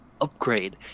upgrade